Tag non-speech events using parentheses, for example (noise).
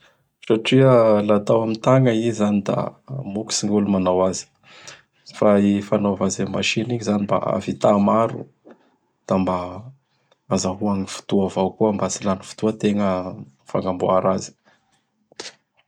(noise) Satria laha atao amin'gny tagna i izany da mokotsy gn' olo manao azy. (noise) Fa i fanaova azy amin'gny machine igny zany mba ahavita maro; da mba azahoa gny fotoa avao koa mba tsy lany fotoa ategna amin'gny fañamboara azy. (noise)